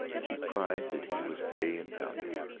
she cried that he was gay and valiant,